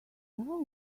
saul